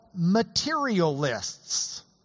Materialists